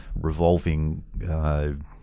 revolving